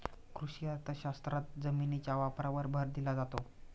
कृषी अर्थशास्त्रात जमिनीच्या वापरावर भर दिला जातो